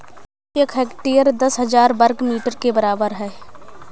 एक हेक्टेयर दस हजार वर्ग मीटर के बराबर है